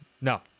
No